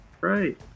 Right